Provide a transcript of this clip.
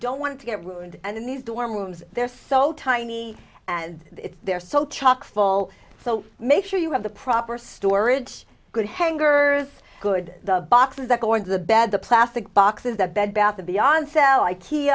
don't want to get ruined and in these dorm rooms they're so tiny and they're so chock full so make sure you have the proper storage good hanger good the boxes that go into the bed the plastic boxes that bed bath and beyond cell